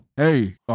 Hey